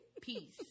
peace